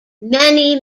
many